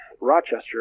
Rochester